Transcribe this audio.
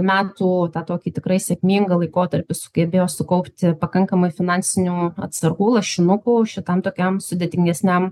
metų tokį tikrai sėkmingą laikotarpį sugebėjo sukaupti pakankamai finansinių atsargų lašinukų šitam tokiam sudėtingesniam